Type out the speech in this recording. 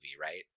right